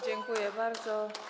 Dziękuję bardzo.